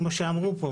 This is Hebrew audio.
כמו שאמרו פה,